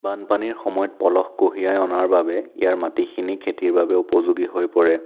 বানপানীৰ সময়ত পলহ কঢ়িয়াই অনাৰ বাবে ইয়াৰ মাটিখিনি খেতিৰ বাবে উপযোগী হৈ পৰে